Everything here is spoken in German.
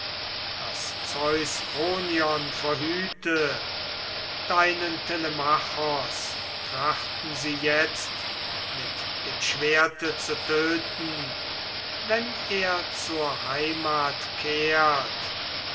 das zeus kronion verhüte deinen telemachos trachten sie jetzt mit dem schwerte zu töten wenn er zur heimat kehrt